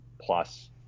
plus